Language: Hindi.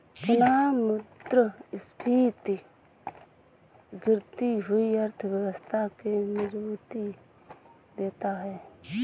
पुनःमुद्रस्फीति गिरती हुई अर्थव्यवस्था के मजबूती देता है